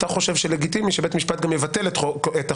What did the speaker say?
אתה חושב שלגיטימי שבית משפט גם יבטל את החוק.